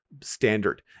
standard